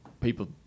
people